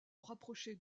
rapprochée